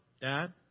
Dad